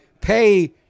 pay